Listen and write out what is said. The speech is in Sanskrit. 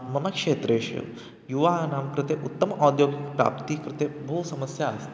मम क्षेत्रेषु यूनां कृते उत्तमायाः औद्योगिकप्राप्तेः कृते बह्वी समस्या अस्ति